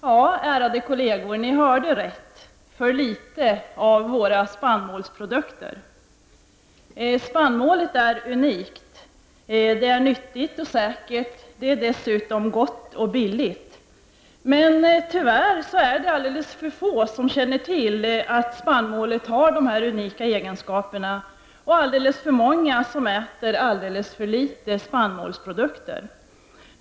Ja, ärade kolleger, ni hörde rätt: Alldeles för många äter alldeles för litet — av våra spannmålsprodukter. Spannmålen är unik: Spannmål är nyttigt och säkert, det är dessutom gott och billigt. Men tyvärr är det alldeles för få som känner till att spannmålen har de här unika egenskaperna och alldeles för många som äter alldeles för litet spannmålsprodukter.